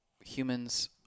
Humans